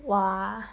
!wah!